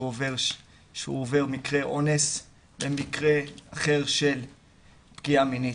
עובד מקרה אונס ומקרה אחר של פגיעה מינית,